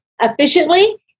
efficiently